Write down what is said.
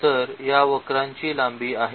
तर या वक्रांची लांबी आहे